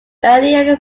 earlier